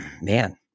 man